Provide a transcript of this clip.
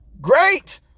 Great